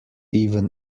even